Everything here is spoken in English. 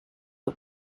the